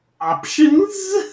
Options